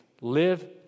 live